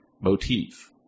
motif